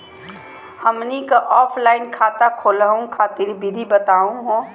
हमनी क ऑफलाइन खाता खोलहु खातिर विधि बताहु हो?